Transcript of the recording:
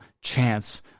chance